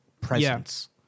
presence